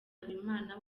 habimana